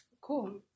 Cool